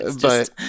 but-